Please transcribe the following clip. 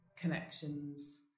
connections